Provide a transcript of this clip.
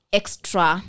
extra